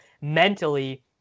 mentally